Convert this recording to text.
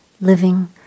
Living